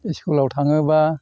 इस्कुलाव थाङोबा